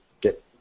get